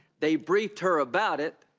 they briefed her about it,